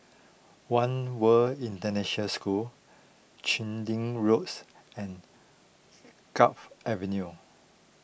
one World International School Chu Lin Road and Gul Avenue